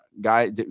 guy